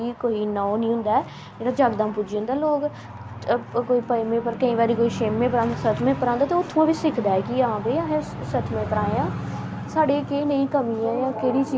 अख़वारां पढ़निया ते सारे दी बश दी गल्ल नेईं होंदी ऐ हून बुड्डे होई गे अनप़ढ़ उंहेगी कुत्थुआं पढ़ने गी औनी उंहे केह् पता केह् चीज लिखोआ दी केह् नेई लिखोआ दी एह् केह् करदे सुनी लैंदे ना